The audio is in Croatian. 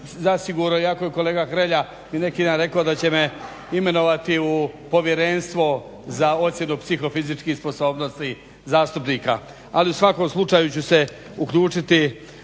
zasigurno iako je kolega Hrelja i neki dan rekao da će me imenovati u povjerenstvo za ocjenu psihofizičkih sposobnosti zastupnika ali u svakom slučaju ću se uključiti